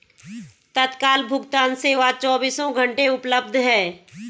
तत्काल भुगतान सेवा चोबीसों घंटे उपलब्ध है